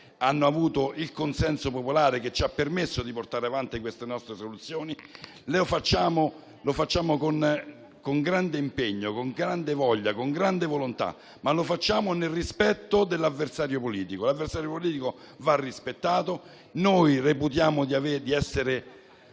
hanno ricevuto il consenso popolare, che ci ha permesso di portarle avanti. Lo facciamo con grande impegno, con grande voglia e con grande volontà, ma nel rispetto dell'avversario politico. L'avversario politico va rispettato. Noi reputiamo di avere